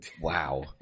Wow